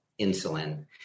insulin